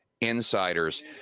insiders